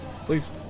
please